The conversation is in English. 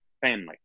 family